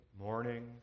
morning